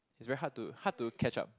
it's very hard to hard to catch up